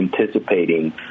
anticipating